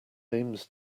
aims